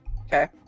Okay